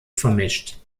vermischt